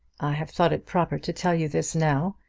have thought it proper to tell you this now,